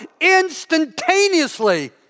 instantaneously